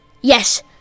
Yes